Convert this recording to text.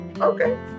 okay